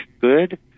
good